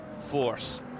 force